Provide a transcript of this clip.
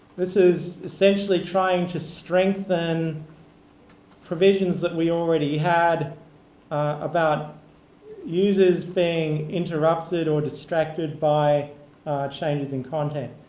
this is essentially trying to strengthen provisions that we already had about users being interrupted or distracted by changes in content.